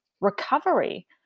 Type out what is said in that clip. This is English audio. recovery